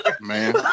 Man